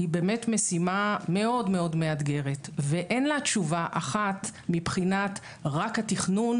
היא באמת משימה מאוד מאוד מאתגרת ואין לה תשובה אחת מבחינת רק התכנון,